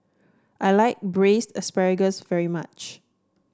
I like Braised Asparagus very much